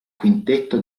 quintetto